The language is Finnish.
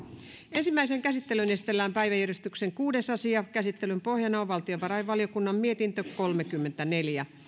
ensimmäiseen käsittelyyn esitellään päiväjärjestyksen kuudes asia käsittelyn pohjana on valtiovarainvaliokunnan mietintö kolmekymmentäneljä